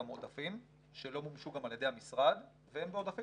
גם עודפים שלא מומשו גם על ידי המשרד ואין בו עודפים.